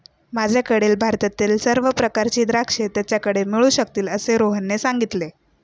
माझ्याकडील भारतातील सर्व प्रकारची द्राक्षे त्याच्याकडे मिळू शकतील असे रोहनने सांगितले